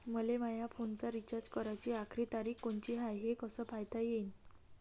मले माया फोनचा रिचार्ज कराची आखरी तारीख कोनची हाय, हे कस पायता येईन?